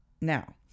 Now